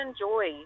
enjoy